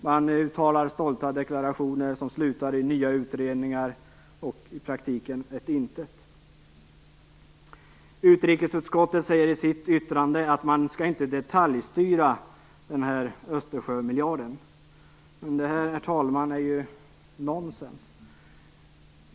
Man uttalar stolta deklarationer, som slutar i nya utredningar och i praktiken i ett intet. Utrikesutskottet säger i sitt yttrande att man inte skall detaljstyra den här Östersjömiljarden. Men det, herr talman, är ju nonsens!